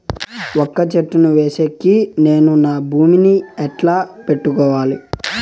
వక్క చెట్టును వేసేకి నేను నా భూమి ని ఎట్లా పెట్టుకోవాలి?